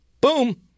Boom